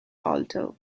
alto